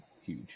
huge